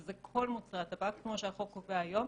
וזה כל מוצרי הטבק כמו שהחוק קובע היום,